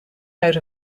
out